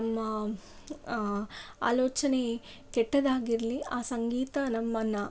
ನಮ್ಮ ಆಲೋಚನೆ ಕೆಟ್ಟದಾಗಿರಲಿ ಆ ಸಂಗೀತ ನಮ್ಮನ್ನು